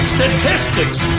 Statistics